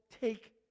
take